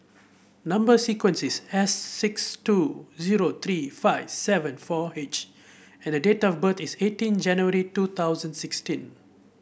number sequence is S six two zero three five seven four H and the date of birth is eighteen January two thousand sixteen